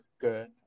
good